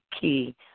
key